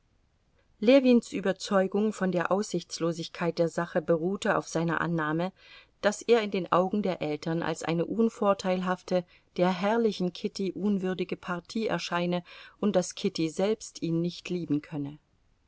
ljewins überzeugung von der aussichtslosigkeit der sache beruhte auf seiner annahme daß er in den augen der eltern als eine unvorteilhafte der herrlichen kitty unwürdige partie erscheine und daß kitty selbst ihn nicht lieben könne